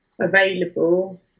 available